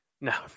No